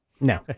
No